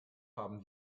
haben